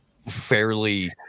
Fairly